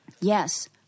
Yes